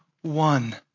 one